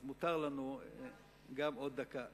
אז מותר לנו עוד דקה.